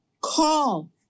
call